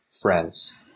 friends